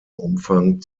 umfang